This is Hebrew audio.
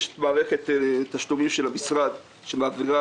יש מערכת תשלומים של המשרד שמעבירה